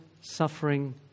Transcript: suffering